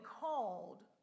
called